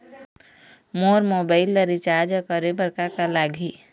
मोर mobile ला recharge करे बर का का लगही?